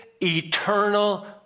eternal